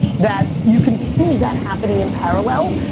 that you can see that happening in parallel.